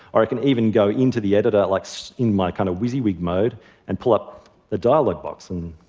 or i can even go into the editor, like, so in my kind of wesay weak mode and pull up the dialog box and